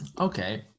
Okay